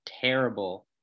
terrible